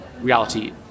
reality